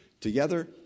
together